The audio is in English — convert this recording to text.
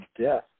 death